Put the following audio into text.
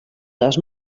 les